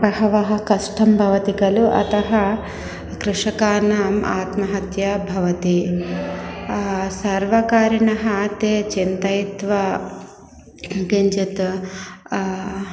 बहवः कष्टं भवति खलु अतः कृषकाणाम् आत्महत्या भवति सर्वकारिणः ते चिन्तयित्वा किञ्चित्